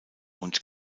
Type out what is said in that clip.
und